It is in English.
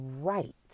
right